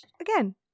again